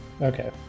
Okay